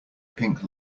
pink